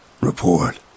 Report